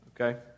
okay